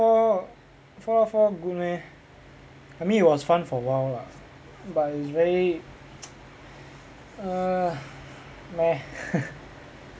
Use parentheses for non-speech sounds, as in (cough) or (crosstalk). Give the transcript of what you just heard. four fallout four good meh I mean it was fun for a while lah but it's very err meh (laughs)